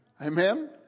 Amen